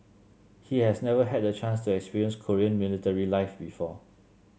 he has never had the chance to experience Korean military life before